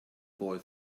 boy